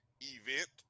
event